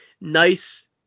nice